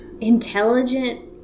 Intelligent